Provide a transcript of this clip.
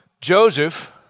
Joseph